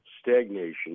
Stagnation